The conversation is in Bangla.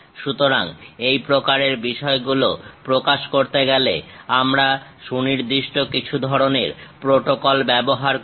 সুতরাং এই প্রকারের বিষয়গুলো প্রকাশ করতে গেলে আমরা সুনির্দিষ্ট কিছু ধরণের প্রোটোকল ব্যবহার করি